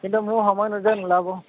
কিন্তু মোৰ সময় ন য নোলাব